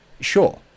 sure